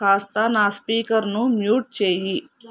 కాస్త నా స్పీకర్ను మ్యూట్ చేయి